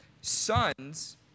Sons